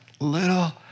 little